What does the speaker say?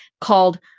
called